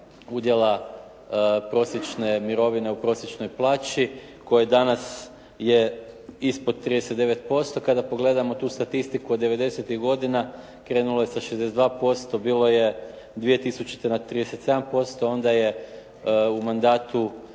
udjela prosječne mirovine u prosječnoj plaći koji danas je ispod 39%. Kada pogledamo tu statistiku od devedesetih godina krenulo je sa 62%. Bilo je 2000. na 37%. Onda je u mandatu